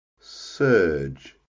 surge